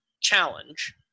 challenge